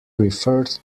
referred